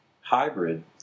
hybrid